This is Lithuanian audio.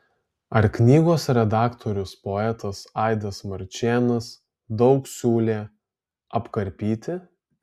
ar knygos redaktorius poetas aidas marčėnas daug siūlė apkarpyti